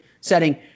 setting